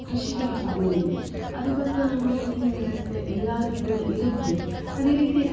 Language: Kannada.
ಕೃಷಿಕರ ಫ್ಯಾಮಿಲಿಯೇ ಅದಕೋಸ್ಕರ ನಮ್ಮ ಮನೆಲ್ ನೀರಿನ ವ್ಯವಸ್ಥೆ ಎಲ್ಲದೂ ಕೂಡ ಇರುತ್ತೆ ಅದೇ ರೀತಿ